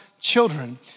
children